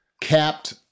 capped